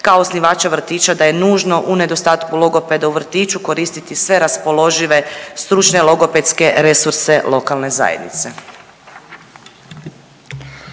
kao osnivača vrtića da je nužno u nedostatku logopeda u vrtiću koristiti sve raspoložive stručne logopedske resurse lokalne zajednice.